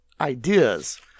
ideas